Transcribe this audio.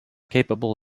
capable